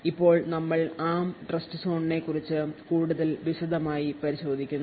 ഇപ്പോൾ നമ്മൾ ARM ട്രസ്റ്റ്സോണിനെക്കുറിച്ച് കൂടുതൽ വിശദമായി പരിശോധിക്കുന്നു